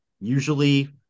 usually